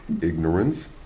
Ignorance